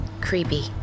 Creepy